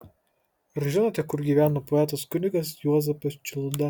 ar žinote kur gyveno poetas kunigas juozapas čiulda